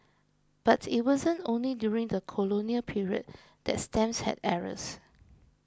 but it wasn't only during the colonial period that stamps had errors